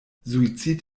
suizid